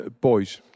boys